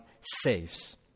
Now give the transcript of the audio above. saves